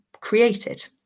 created